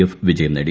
F വിജയം നേടി